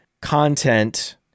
content